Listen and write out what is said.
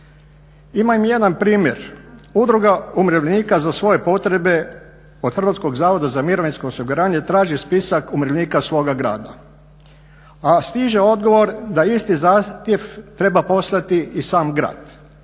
Imam jedan primjer. Udruga umirovljenika za svoje potrebe od HZMO-a traži spisak umirovljenika svoga grada, a stiže odgovor da isti zahtjev treba poslati i sam grad